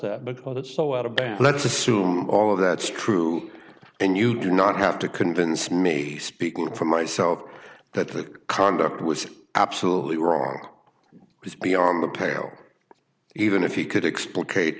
that but it's so out of band let's assume all of that's true and you do not have to convince me speaking for myself that the conduct was absolutely wrong it was beyond the pale even if he could explode